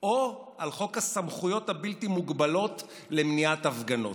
או על חוק הסמכויות הבלתי-מוגבלות למניעת הפגנות.